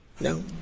No